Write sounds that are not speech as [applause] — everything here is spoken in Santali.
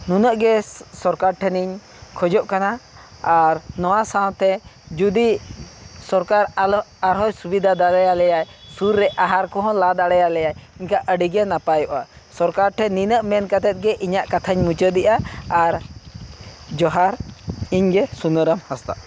ᱱᱩᱱᱟᱹᱜ ᱜᱮ ᱥᱚᱨᱠᱟᱨ ᱴᱷᱮᱱᱤᱧ ᱠᱷᱚᱡᱚᱜ ᱠᱟᱱᱟ ᱟᱨ ᱱᱚᱣᱟ ᱥᱟᱶᱛᱮ ᱡᱩᱫᱤ ᱥᱚᱨᱠᱟᱨ [unintelligible] ᱟᱨᱦᱚᱸᱭ ᱥᱩᱵᱤᱫᱷᱟ ᱫᱟᱲᱮᱭᱟᱞᱮᱭᱟᱭ ᱥᱩᱨ ᱨᱮ ᱟᱦᱟᱨ ᱠᱚᱦᱚᱸ ᱞᱟ ᱫᱟᱲᱮᱟᱞᱮᱭᱟᱭ ᱮᱱᱠᱷᱟᱱ ᱟᱹᱰᱤᱜᱮ ᱱᱟᱯᱟᱭᱚᱜᱼᱟ ᱥᱚᱨᱠᱟᱨ ᱴᱷᱮᱱ ᱱᱤᱱᱟᱹᱜ ᱢᱮᱱ ᱠᱟᱛᱮᱫ ᱜᱮ ᱤᱧᱟᱹᱜ ᱠᱟᱛᱷᱟᱧ ᱢᱩᱪᱟᱹᱫᱮᱫᱼᱟ ᱟᱨ ᱡᱚᱦᱟᱨ ᱤᱧᱜᱮ ᱥᱩᱱᱟᱹᱨᱟᱢ ᱦᱟᱸᱥᱫᱟ